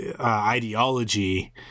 ideology